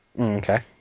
Okay